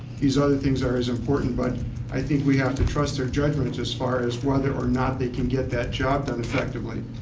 these other things are as important, but i think we have to trust their judgment as far as whether or not they can get the job done effectively.